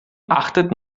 achtet